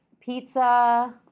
pizza